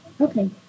Okay